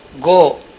Go